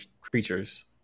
creatures